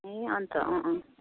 ए अन्त अँ अँ